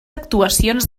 actuacions